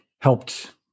helped